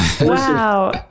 Wow